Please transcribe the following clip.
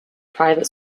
private